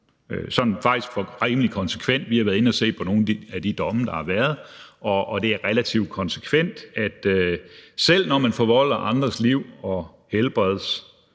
og faktisk sådan rimelig konsekvent. Vi har været inde at se på nogle af de domme, der har været, og det er relativt konsekvent, at selv når man forvolder fare for andres liv og helbred